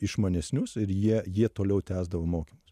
išmanesnius ir jie jie toliau tęsdavo mokymus